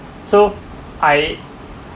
so I